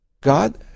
God